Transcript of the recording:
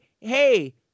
Hey